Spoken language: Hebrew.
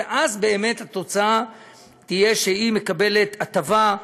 ואז באמת התוצאה תהיה שהיא מקבלת הטבה,